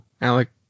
Alec